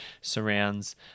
surrounds